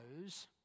knows